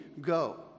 Go